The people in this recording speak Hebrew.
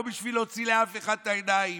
לא בשביל להוציא לאף אחד את העיניים.